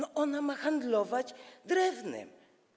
Ona ma handlować drewnem.